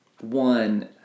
One